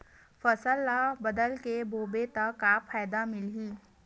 फसल ल बदल के बोबो त फ़ायदा मिलही?